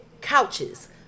couches